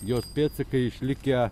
jos pėdsakai išlikę